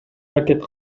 аракет